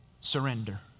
surrender